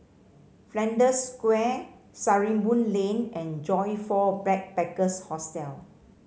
Flanders Square Sarimbun Lane and Joyfor Backpackers' Hostel